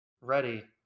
ready